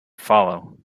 follow